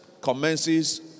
commences